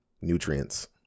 Nutrients